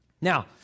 Now